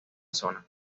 zona